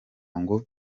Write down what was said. ngo